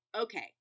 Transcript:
Okay